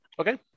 Okay